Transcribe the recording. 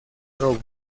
robo